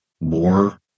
more